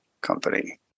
company